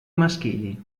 maschili